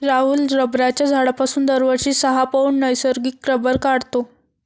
राहुल रबराच्या झाडापासून दरवर्षी सहा पौंड नैसर्गिक रबर काढतो